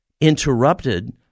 interrupted